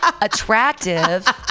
attractive